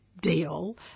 deal